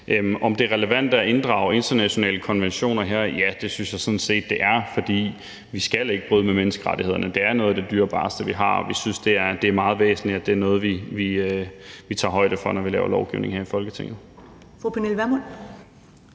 om det er relevant at inddrage internationale konventioner her, vil jeg sige: Ja, det synes jeg sådan set at det er, for vi skal ikke bryde med menneskerettighederne. Det er noget af det dyrebareste, vi har, og vi synes, det er meget væsentligt, at vi tager højde for det, når vi laver lovgivning her i Folketinget.